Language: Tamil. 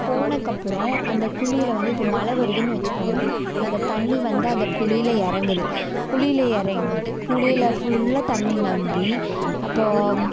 போனதுக்கப்பறோம் அந்த குழியில் வந்து இப்போ மழை வருதுன்னு வச்சுக்கோங்க அந்த தண்ணீர் வந்து அந்த குழியில் இறங்குது குழியில் இறங்கி குழியில் ஃபுல்லாக தண்ணீர் ரொம்பி அப்போது